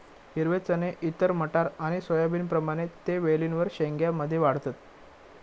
हिरवे चणे इतर मटार आणि सोयाबीनप्रमाणे ते वेलींवर शेंग्या मध्ये वाढतत